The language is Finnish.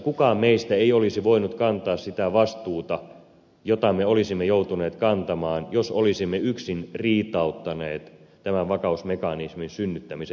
sasi meistä ei olisi voinut kantaa sitä vastuuta jota me olisimme joutuneet kantamaan jos olisimme yksin riitauttaneet tämän vakausmekanismin synnyttämisen euroopassa